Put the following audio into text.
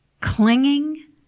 Clinging